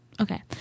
okay